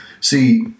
See